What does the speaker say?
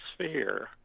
sphere